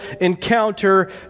encounter